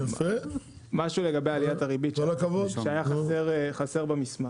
משהו לגבי עליית הריבית שהיה חסר במסמך.